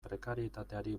prekarietateari